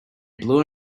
blue